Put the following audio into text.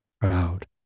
proud